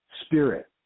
spirit